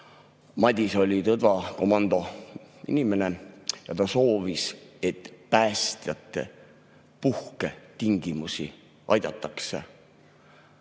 Madis oli Tõdva komando inimene ja ta soovis, et päästjate puhketingimusi aidatakse